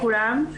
שלום לכולם.